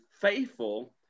faithful